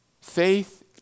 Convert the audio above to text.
Faith